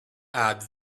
add